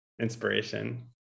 inspiration